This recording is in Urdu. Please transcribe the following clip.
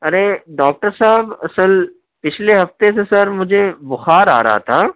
ارے ڈاکٹر صاحب اصل پچھلے ہفتے سے سر مجھے بخار آ رہا تھا